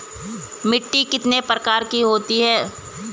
मिट्टी कितने प्रकार की होती है?